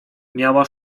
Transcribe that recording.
miała